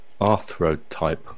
Arthro-type